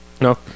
no